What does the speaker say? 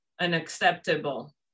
unacceptable